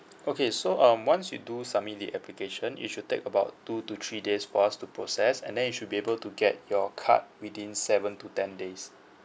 okay so um once you do submit the application it should take about two to three days for us to process and then you should be able to get your card within seven to ten days